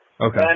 Okay